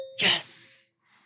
Yes